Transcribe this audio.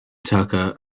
tucker